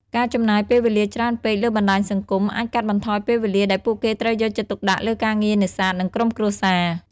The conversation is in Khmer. ការចំណាយពេលវេលាច្រើនពេកលើបណ្តាញសង្គមអាចកាត់បន្ថយពេលវេលាដែលពួកគេត្រូវយកចិត្តទុកដាក់លើការងារនេសាទ និងក្រុមគ្រួសារ។